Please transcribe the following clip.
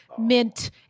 mint